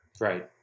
Right